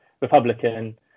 Republican